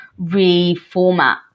reformat